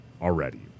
already